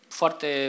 foarte